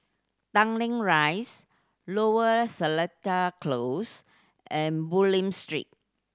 Tanglin Rise Lower Seletar Close and Bulim Street